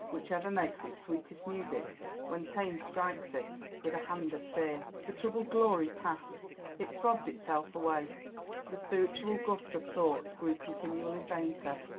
which ever makes its sweetest music when pain strikes it with a hand of fear. the troubled glory passed it throbbed itself away the spiritual gusts of thought grew continually fainter,